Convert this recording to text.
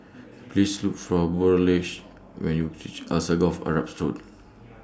Please Look For Burleigh when YOU REACH Alsagoff Arab School